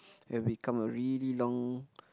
we've become a really long